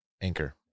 anchor